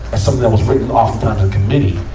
something that was written oftentimes in committee,